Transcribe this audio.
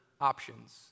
options